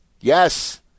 Yes